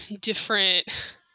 different